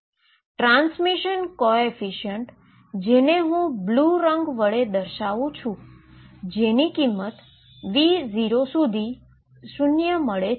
transmission coefficient જેને હું blue રંગ વડે દર્શાવું છું જેની કિંમત V0 સુધી 0 મળે છે